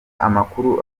amakuru